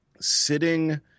sitting